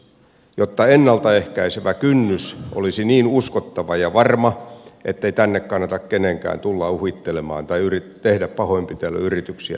jotta ennalta ehkäisevä kynnys olisi niin uskottava ja varma ettei kannata kenenkään tulla tänne uhittelemaan tai tehdä pahoinpitely yrityksiä tälle kansakunnalle